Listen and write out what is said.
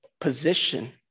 position